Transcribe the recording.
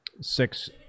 six